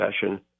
session